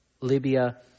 Libya